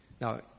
Now